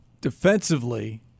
Defensively